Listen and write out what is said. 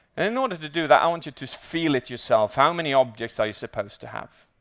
in order to do that, i want you to just feel it yourself. how many objects are you supposed to have?